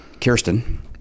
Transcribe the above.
Kirsten